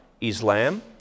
Islam